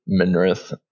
Minrith